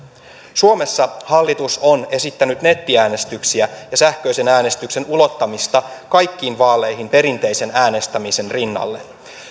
suomessa hallitus on esittänyt nettiäänestyksiä ja sähköisen äänestyksen ulottamista kaikkiin vaaleihin perinteisen äänestämisen rinnalle